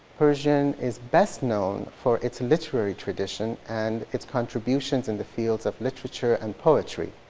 persian is best known for its literary tradition and its contributions in the fields of literature and poetry.